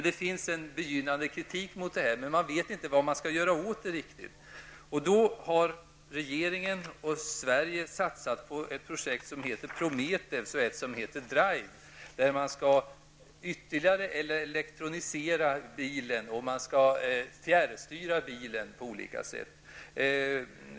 Det finns en begynnande kritik mot detta, men man vet inte riktigt vad man skall göra åt det. Regeringen och Sverige har i detta läge satsat på ett projekt som heter Prometheus och ett som heter Drive. Dessa går ut på att bilen ytterligare skall elektroniseras och fjärrstyras på olika sätt.